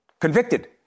convicted